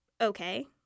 okay